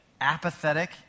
Apathetic